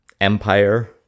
Empire